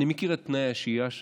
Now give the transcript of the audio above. אני מכיר את תנאי השהייה שם.